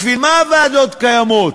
בשביל מה הוועדות קיימות?